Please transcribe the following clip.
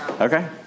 Okay